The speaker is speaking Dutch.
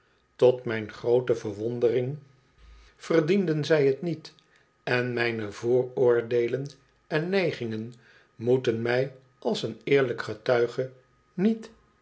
tot mijn groote verwondering verdienden zij het niet en mijne vooroordeelen en neigingen moeten mij als een eerlijk getuige niet